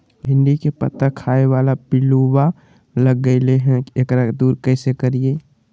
भिंडी के पत्ता खाए बाला पिलुवा लग गेलै हैं, एकरा दूर कैसे करियय?